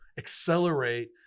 accelerate